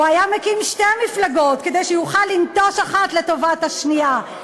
הוא היה מקים שתי מפלגות כדי שיוכל לנטוש אחת לטובת השנייה.